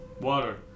Water